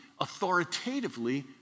authoritatively